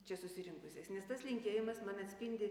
čia susirinkusiais nes tas linkėjimas man atspindi